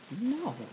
no